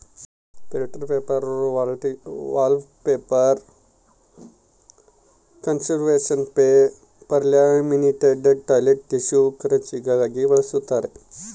filter paper wallpaper conservation paper laminated toilet tissue ಕರೆನ್ಸಿಗಾಗಿ ಬಳಸ್ತಾರ